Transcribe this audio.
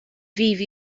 ddydd